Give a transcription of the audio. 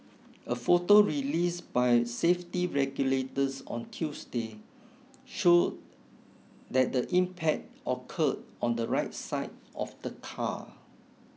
a photo released by safety regulators on Tuesday showed that the impact occurred on the right side of the car